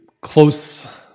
close